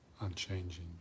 unchanging